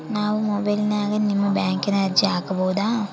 ನಾವು ಮೊಬೈಲಿನ್ಯಾಗ ನಿಮ್ಮ ಬ್ಯಾಂಕಿನ ಅರ್ಜಿ ಹಾಕೊಬಹುದಾ?